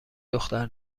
دختر